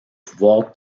pouvoirs